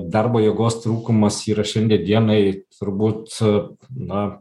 darbo jėgos trūkumas yra šiandie dienai turbūt na